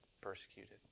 persecuted